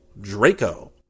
DRACO